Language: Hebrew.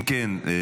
אם כן,